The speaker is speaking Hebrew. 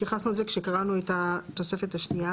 הפרות המנויות בחלק ב' לתוספת שנייה